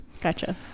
gotcha